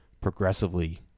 progressively